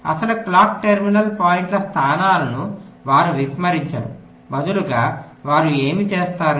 అసలు clock terminal పాయింట్ల స్థానాలను వారు విస్మరించరు బదులుగా వారు ఏమి చేస్తారు